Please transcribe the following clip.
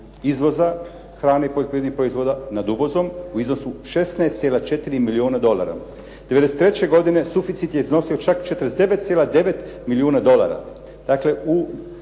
izvoza hrane i poljoprivrednih proizvoda nad uvozom u iznosu 16,4 milijuna dolara. 1993. godine suficit je iznosio čak 49,9 milijuna dolara, dakle u